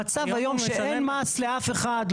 המצב היום הוא שאין מס לאף אחד.